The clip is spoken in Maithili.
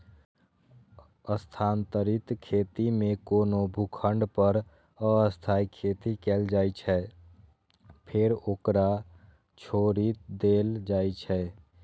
स्थानांतरित खेती मे कोनो भूखंड पर अस्थायी खेती कैल जाइ छै, फेर ओकरा छोड़ि देल जाइ छै